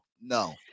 No